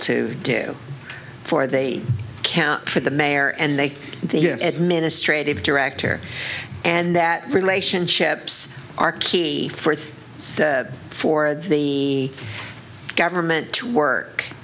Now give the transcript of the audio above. to do for they count for the mayor and they do him administratively director and that relationships are key for the for the government to work